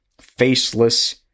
faceless